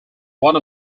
one